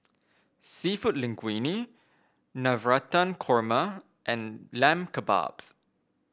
seafood Linguine Navratan Korma and Lamb Kebabs